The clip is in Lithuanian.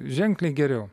ženkliai geriau